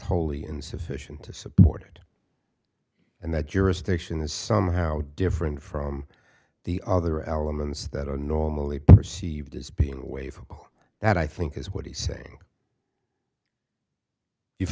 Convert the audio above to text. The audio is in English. wholly insufficient to support it and that jurisdiction is somehow different from the other elements that are normally perceived as being away from that i think is what he's saying if